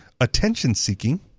attention-seeking